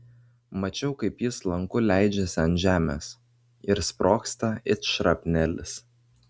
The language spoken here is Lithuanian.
mačiau kaip jis lanku leidžiasi ant žemės ir sprogsta it šrapnelis